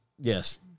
Yes